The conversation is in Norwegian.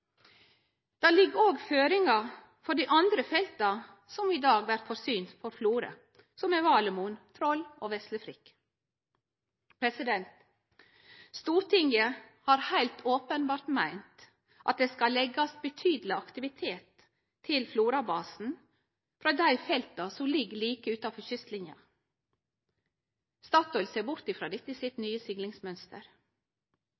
Det ligg òg føringar for dei andre felta som i dag vert forsynte frå Florø, Valemon, Troll og Veslefrikk. Stortinget har heilt openbert meint at det skal leggjast betydeleg aktivitet til Florabasen frå dei felta som ligg like utanfor kystlinja. Statoil ser bort frå dette